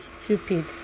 stupid